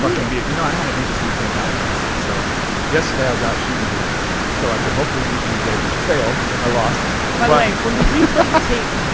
fucking be it. you know, i had an interesting thing happen last night. so yesterday i was out shooting hoops so i could hopefully beat you today, which failed. yeah i lost. by by when we play the tape,